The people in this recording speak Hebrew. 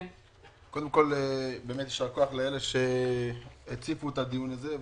יישר כוח לאלה שהציפו את הדיון הזה.